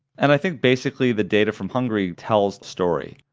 and i think basically the data from hungary tells the story.